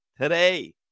today